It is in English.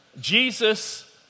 Jesus